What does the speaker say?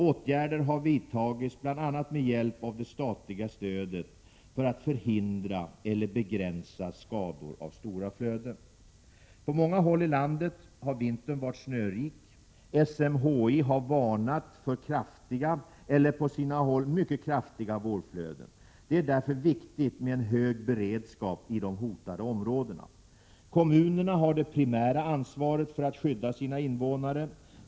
Åtgärder har vidtagits, bl.a. med hjälp av det statliga stödet, för att förhindra eller begränsa skador av stora flöden. På många håll i landet har vintern varit snörik. SMHI har varnat för kraftiga eller, på sina håll, mycket kraftiga vårflöden. Det är därför viktigt med en hög beredskap i de hotade områdena. Kommunerna har det primära ansvaret för att skydda sina invånare.